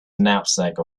knapsack